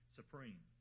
supreme